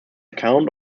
account